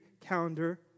calendar